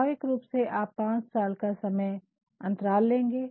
स्वाभाविक रूप से आप ५ साल का समय अंतराल लेंगे